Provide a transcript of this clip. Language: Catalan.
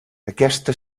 aquesta